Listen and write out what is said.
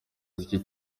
z’iki